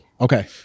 Okay